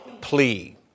plea